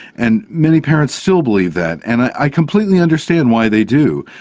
and many parents still believe that, and i completely understand why they do.